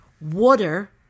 water